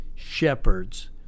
Shepherds